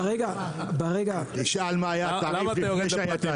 למי הכסף חוזר?